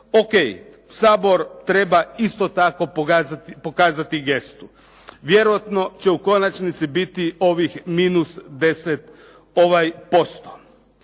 O.K., Sabor treba isto tako pokazati gestu, vjerojatno će u konačnici biti ovih minus 10%. Malo